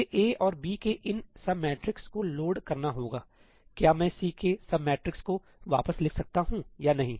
मुझे A और B के इन सब मेट्रिक्स को लोड करना होगाक्या मैं C के सब मेट्रिक्स को वापस लिख सकता हूं या नहीं